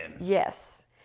Yes